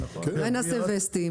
אולי נעשה ווסטים,